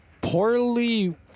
poorly